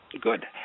Good